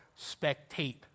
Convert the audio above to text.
spectate